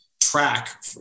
track